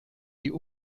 die